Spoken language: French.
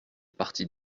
partie